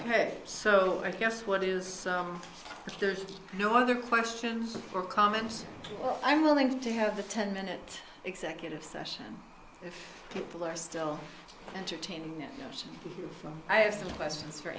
ok so i guess what is if there's no other questions or comments or i'm willing to have the ten minute executive session if people are still entertaining us from i have some questions for